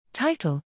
Title